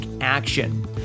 action